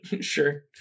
Sure